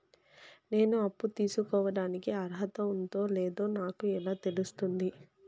నేను అప్పు తీసుకోడానికి అర్హత ఉందో లేదో నాకు ఎలా తెలుస్తుంది?